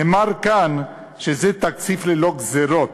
נאמר כאן שזה תקציב ללא גזירות.